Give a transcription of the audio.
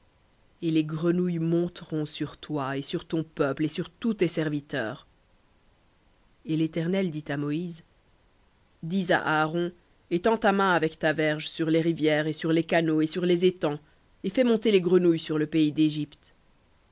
et les grenouilles monteront sur toi et sur ton peuple et sur tous tes serviteurs et l'éternel dit à moïse dis à aaron étends ta main avec ta verge sur les rivières et sur les canaux et sur les étangs et fais monter les grenouilles sur le pays d'égypte